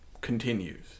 continues